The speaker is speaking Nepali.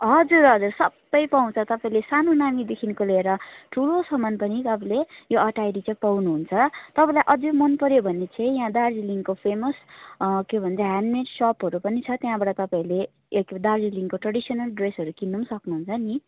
हजुर हजुर सबै पाउँछ तपाईँले सानो नानीदेखिको लिएर ठुलोसम्म पनि तपाईँले यो अटायर चाहिँ पाउनुहुन्छ तपाईँलाई अझै मनपर्यो भने चाहिँ यहाँ दार्जिलिङको फेमस के भन्छ ह्यान्ड मेड सपहरू पनि छ त्यहाँबाट तपाईँहरूले दार्जिलिङको ट्रेडिसनल ड्रेसहरू किन्नु पनि सक्नुहुन्छ नि